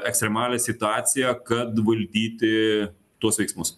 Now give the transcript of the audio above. ekstremalią situaciją kad valdyti tuos veiksmus